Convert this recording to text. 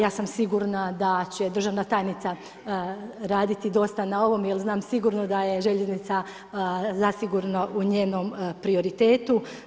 Ja sam sigurna da će državna tajnica raditi dosta na ovom jer znam sigurno da je željeznica zasigurno u njenom prioritetu.